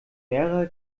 mehrere